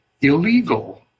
illegal